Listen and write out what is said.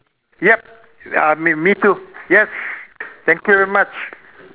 yup uh me me too yes thank you very much